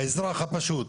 האזרח הפשוט,